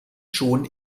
schon